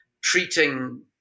treating